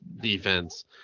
defense